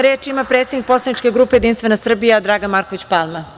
Reč ima predsednik poslaničke grupe Jedinstvena Srbija Dragan Marković Palma.